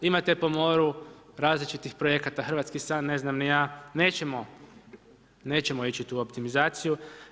Imate po moru različitih projekata, Hrvatski san, ne znam ni ja, nećemo, nećemo ići u tu optimizaciju.